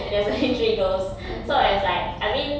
and there's only three girls so it was like I mean